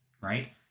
right